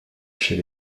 chez